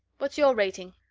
what's your rating?